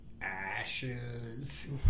ashes